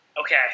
Okay